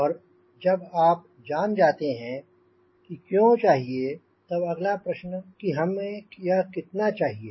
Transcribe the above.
और जब आप जान जाते हैं कि क्यों चाहिए तब अगला प्रश्न कि हमें यह कितना चाहिए